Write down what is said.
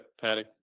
Patty